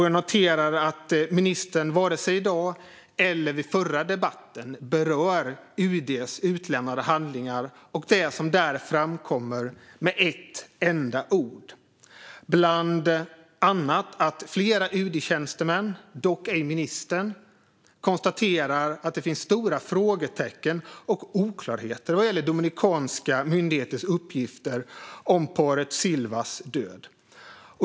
Jag noterar att ministern varken i dag eller vid förra debatten med ett enda ord berört UD:s utlämnade handlingar och det som där framkommer, bland annat att flera UD-tjänstemän, dock ej ministern, konstaterar att det finns stora frågetecken och oklarheter vad gäller dominikanska myndigheters uppgifter om paret Silvas död.